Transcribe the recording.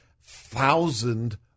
thousand